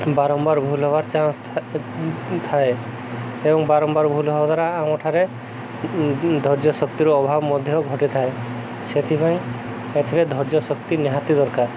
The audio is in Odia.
ବାରମ୍ବାର ଭୁଲ ହେବାର ଚାନ୍ସ ଥାଏ ଏବଂ ବାରମ୍ବାର ଭୁଲ ହେବା ଦ୍ୱାରା ଆମ ଠାରେ ଧୈର୍ଯ୍ୟଶକ୍ତିର ଅଭାବ ମଧ୍ୟ ଘଟିଥାଏ ସେଥିପାଇଁ ଏଥିରେ ଧୈର୍ଯ୍ୟଶକ୍ତି ନିହାତି ଦରକାର